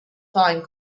find